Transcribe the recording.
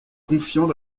confiant